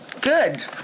Good